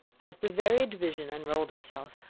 as the varied vision unrolled itself,